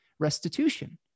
restitution